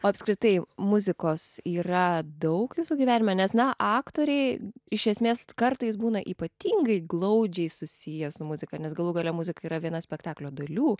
o apskritai muzikos yra daug jūsų gyvenime nes na aktoriai iš esmės kartais būna ypatingai glaudžiai susiję su muzika nes galų gale muzika yra viena spektaklio dalių